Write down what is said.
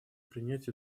принять